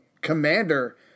commander